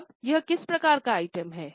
अब यह किस प्रकार का आइटम है